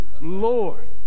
Lord